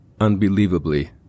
unbelievably